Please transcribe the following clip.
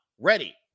Ready